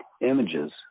images